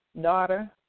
daughter